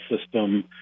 system